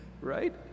right